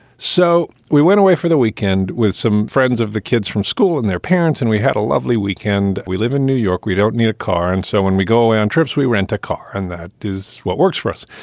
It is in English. so we went away for the weekend with some friends of the kids from school and their parents. and we had a lovely weekend. we live in new york. we don't need a car. and so when we go away on trips, we rent a car. and that is what works for us.